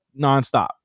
nonstop